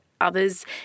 others